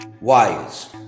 wires